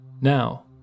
Now